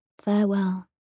farewell